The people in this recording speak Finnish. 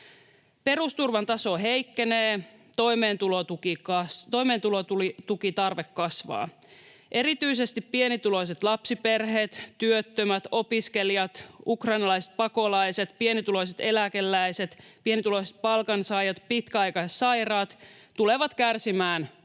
Perusturvan taso heikkenee, toimeentulotukitarve kasvaa. Erityisesti pienituloiset lapsiperheet, työttömät, opiskelijat, ukrainalaiset pakolaiset, pienituloiset eläkeläiset, pienituloiset palkansaajat ja pitkäaikaissairaat tulevat kärsimään